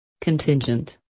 Contingent